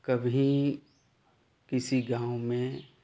कभी किसी गाँव में